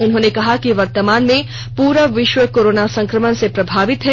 उन्होंने कहा कि वर्तमान में पूरा विश्व कोरोना संकमण से प्रभावित है